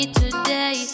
today